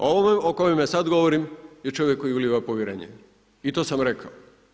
A ovome o kome sada govorim je čovjek koji ulijeva povjerenje i to sam rekao.